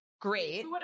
great